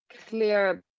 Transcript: clear